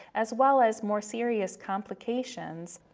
as well as more serious complications,